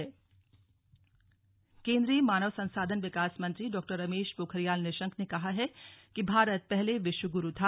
निशंक देहरादून केंद्रीय मानव संसाधन विकास मंत्री डॉ रमेश पोखरियाल निशंक ने कहा है कि भारत पहले विश्व गुरू था